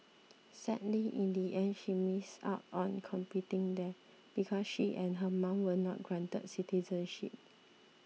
sadly in the end she missed out on competing there because she and her mom were not granted citizenship